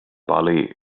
bali